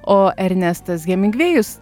o ernestas hemingvėjus